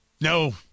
No